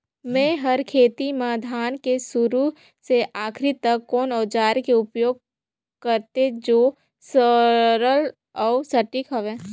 मै हर खेती म धान के शुरू से आखिरी तक कोन औजार के उपयोग करते जो सरल अउ सटीक हवे?